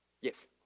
Yes